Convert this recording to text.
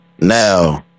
now